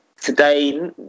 today